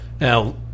Now